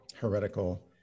Heretical